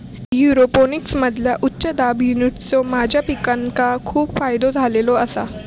एरोपोनिक्समधील्या उच्च दाब युनिट्सचो माझ्या पिकांका खूप फायदो झालेलो आसा